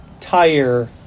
tire